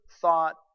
thought